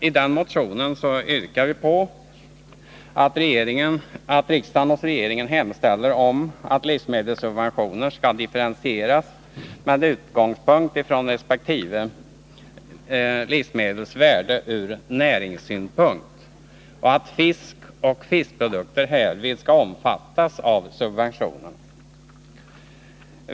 I den motionen yrkar vi att regeringen hos riksdagen hemställer om att livsmedelssubventionerna skall differentieras med utgångspunkt i resp. livsmedels värde ur näringssynpunkt och att fisk och fiskprodukter härvid skall omfattas av subventionerna.